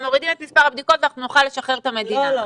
הם מורידים את מספר הבדיקות ואנחנו נוכל לשחרר את המדינה.